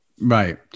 Right